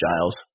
Giles